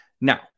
Now